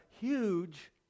huge